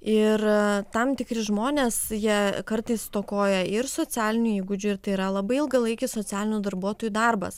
ir tam tikri žmonės jie kartais stokoja ir socialinių įgūdžių ir tai yra labai ilgalaikis socialinių darbuotojų darbas